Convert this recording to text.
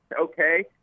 okay